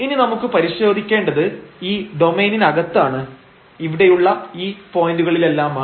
ഇനി നമുക്ക് പരിശോധിക്കേണ്ടത് ഈ ഡൊമൈനിനകത്താണ് ഇവിടെയുള്ള ഈ പോയന്റുകളിലെല്ലാമാണ്